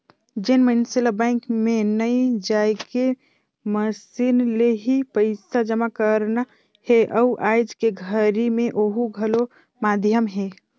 जेन मइनसे ल बैंक मे नइ जायके मसीन ले ही पइसा जमा करना हे अउ आयज के घरी मे ओहू घलो माधियम हे